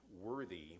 worthy